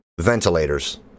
ventilators